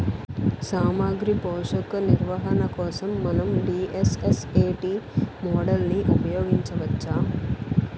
సామాగ్రి పోషక నిర్వహణ కోసం మనం డి.ఎస్.ఎస్.ఎ.టీ మోడల్ని ఉపయోగించవచ్చా?